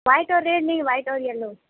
white اور red نہیں white اور یلو